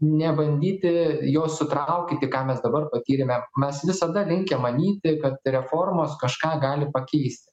nebandyti jo sutraukyti ką mes dabar patyrėme mes visada linkę manyti kad reformos kažką gali pakeisti